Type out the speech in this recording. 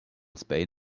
spain